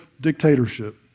dictatorship